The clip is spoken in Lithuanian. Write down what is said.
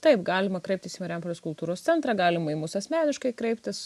taip galima kreiptis į marijampolės kultūros centrą galima į mus asmeniškai kreiptis